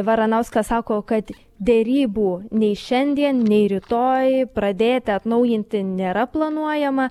varanauskas sako kad derybų nei šiandien nei rytoj pradėti atnaujinti nėra planuojama